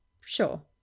Sure